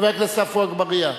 חבר הכנסת עפו אגבאריה,